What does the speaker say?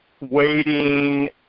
waiting